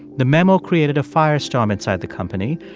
the memo created a firestorm inside the company.